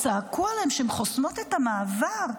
צעקו עליהן שהן חוסמות את המעבר.